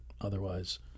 otherwise